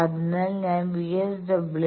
അതിനാൽ ഞാൻ VSWR 1